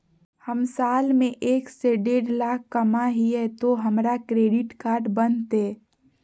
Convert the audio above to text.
हम साल में एक से देढ लाख कमा हिये तो हमरा क्रेडिट कार्ड बनते?